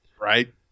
Right